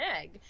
egg